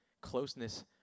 Closeness